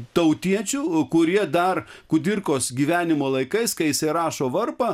tautiečių kurie dar kudirkos gyvenimo laikais kai jisai rašo varpą